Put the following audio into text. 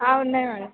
ఉన్నాయి మేడం